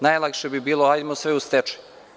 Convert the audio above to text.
Najlakše bi bilo – ajmo sve u stečaj.